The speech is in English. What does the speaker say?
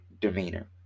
demeanor